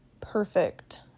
perfect